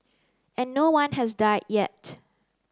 and no one has died yet